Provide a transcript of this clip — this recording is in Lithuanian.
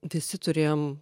visi turėjom